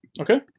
Okay